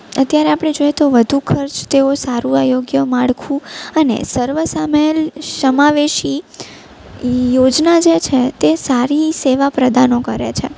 અત્યારે આપણે જોઈએ તો વધુ ખર્ચ તેઓ સારું આરોગ્ય માળખું અને સર્વસામેલ સમાવેશી યોજના જે છે તે સારી સેવા પ્રદાનો કરે છે